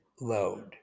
load